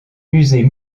musée